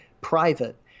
private